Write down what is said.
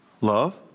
Love